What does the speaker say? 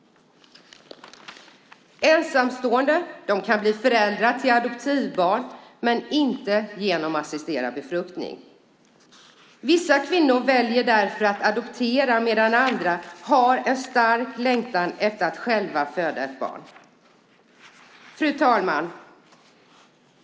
Ensamstående kan bli föräldrar till adoptivbarn men inte genom assisterad befruktning. Vissa kvinnor väljer därför att adoptera medan andra har en stark längtan efter att själva föda ett barn. Fru talman!